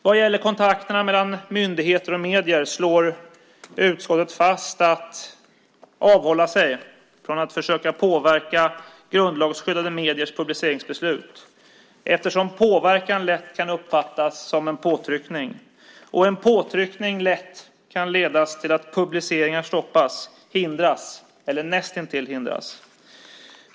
Vad gäller kontakterna mellan myndigheter och medier slår utskottet fast att man ska avhålla sig från att försöka påverka grundlagsskyddade mediers publiceringsbeslut eftersom påverkan lätt kan uppfattas som en påtryckning och en påtryckning lätt kan leda till att publiceringar stoppas, hindras eller näst intill hindras.